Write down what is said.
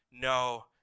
no